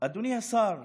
אדוני השר,